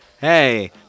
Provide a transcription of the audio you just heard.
hey